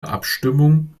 abstimmung